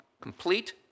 complete